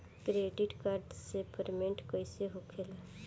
Credit card से payment कईसे होखेला?